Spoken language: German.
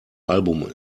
album